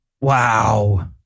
Wow